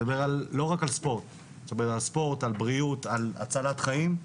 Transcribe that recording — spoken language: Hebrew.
מדבר לא רק על ספורט, ספורט בריאות הצלת חיים.